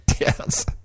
Yes